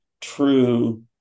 true